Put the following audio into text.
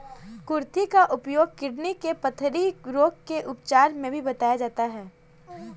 कुर्थी का उपयोग किडनी के पथरी रोग के उपचार में भी बताया जाता है